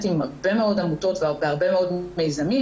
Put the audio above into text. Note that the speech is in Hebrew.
הרבה מאוד עמותות והרבה מאוד מיזמים,